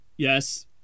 yes